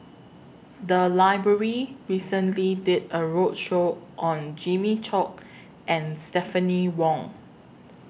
The Library recently did A roadshow on Jimmy Chok and Stephanie Wong